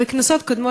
בכנסות קודמות,